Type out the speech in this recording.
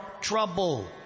trouble